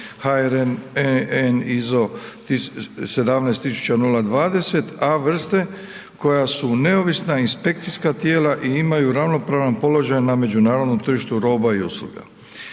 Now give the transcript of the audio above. HRN EN ISO 17000020 A vrste koja su neovisna inspekcijska tijela i imaju ravnopravan položaj na međunarodnom tržištu roba i usluga.